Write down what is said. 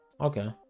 okay